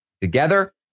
together